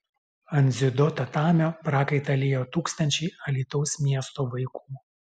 ant dziudo tatamio prakaitą liejo tūkstančiai alytaus miesto vaikų